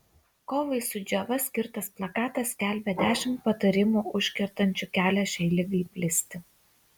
kovai su džiova skirtas plakatas skelbia dešimt patarimų užkertančių kelią šiai ligai plisti